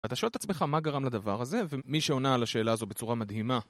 אתה שואל את עצמך מה גרם לדבר הזה, ומי שעונה על השאלה הזו בצורה מדהימה.